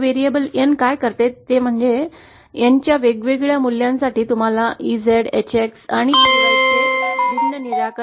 हे variable N काय करते ते म्हणजे N च्या वेगवेगळ्या मूल्यांसाठी तुम्हाला EZ HX आणि EY चे भिन्न निराकरण मिळते